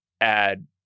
add